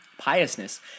piousness